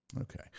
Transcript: Okay